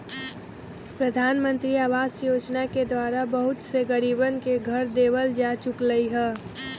प्रधानमंत्री आवास योजना के द्वारा बहुत से गरीबन के घर देवल जा चुक लय है